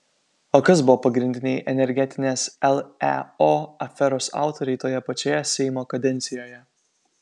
o kas buvo pagrindiniai energetinės leo aferos autoriai toje pačioje seimo kadencijoje